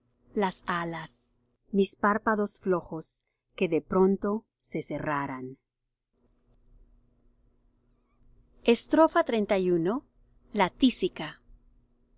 las alas mis párpados flojos que de pronto se cerraran xxxi la tísica